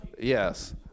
yes